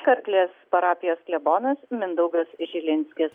karklės parapijos klebonas mindaugas žilinskis